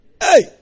Hey